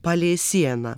palei sieną